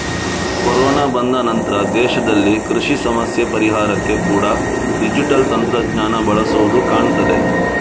corona ಬಂದ ನಂತ್ರ ದೇಶದಲ್ಲಿ ಕೃಷಿ ಸಮಸ್ಯೆ ಪರಿಹಾರಕ್ಕೆ ಕೂಡಾ ಡಿಜಿಟಲ್ ತಂತ್ರಜ್ಞಾನ ಬಳಸುದು ಕಾಣ್ತದೆ